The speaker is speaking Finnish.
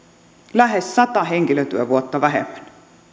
lähes sata henkilötyövuotta vähemmän